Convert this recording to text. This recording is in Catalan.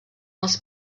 els